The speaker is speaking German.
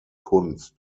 kunst